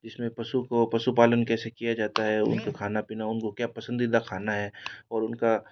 इस में पशु को पशुपालन कैसे किया जात है इनको खाना पीना उनको क्या पसंदीदा कहना है उनका